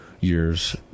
Year's